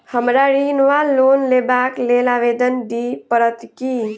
हमरा ऋण वा लोन लेबाक लेल आवेदन दिय पड़त की?